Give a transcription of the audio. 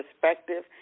perspective